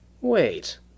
Wait